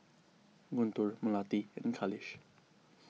Guntur Melati and Khalish